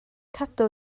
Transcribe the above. cadw